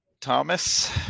Thomas